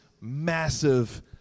massive